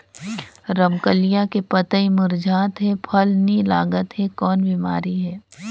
रमकलिया के पतई मुरझात हे फल नी लागत हे कौन बिमारी हे?